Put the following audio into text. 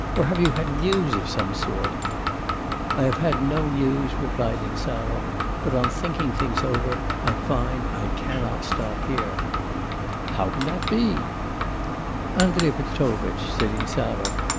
or have you had news of some sort i have had no news replied insarov but on thinking things over, i find i cannot stop here how can that be andrei petrovitch said insarov,